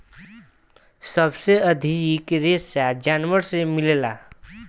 सबसे अधिक रेशा जानवर से मिलेला